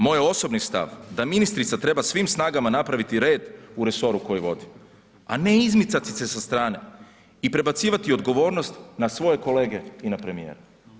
Moj osobni stav da ministrica treba svim snagama napraviti red u resoru koji vodi, a ne izmicati se sa strane i prebacivati odgovornost na svoje kolege i na premijera.